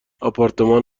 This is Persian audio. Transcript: آپارتمان